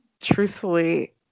truthfully